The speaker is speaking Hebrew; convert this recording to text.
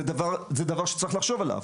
זה דבר שצריך לחשוב עליו.